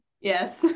Yes